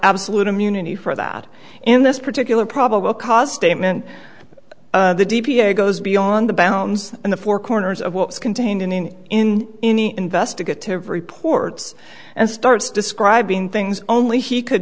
absolute immunity for that in this particular probable cause statement the d p goes beyond the bounds in the four corners of what's contained in in in any investigative reports and starts describing things only he could